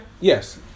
yes